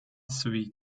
sweet